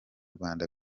rwanda